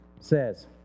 says